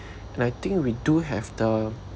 and I think we do have the